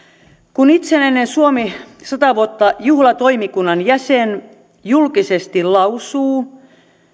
kun itsenäinen suomi sata vuotta juhlatoimikunnan jäsen julkisesti lausuu